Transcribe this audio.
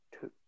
two